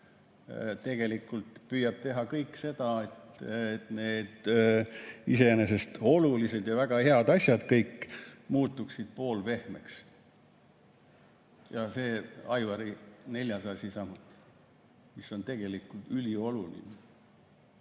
tegelikult püüab teha kõik selleks, et need iseenesest olulised ja väga head asjad muutuksid poolpehmeks. Ja see Aivari neljas asi samuti, mis on tegelikult ülioluline.